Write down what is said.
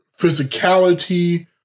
physicality